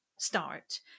start